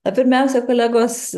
pirmiausia kolegos